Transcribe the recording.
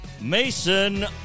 Mason